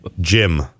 Jim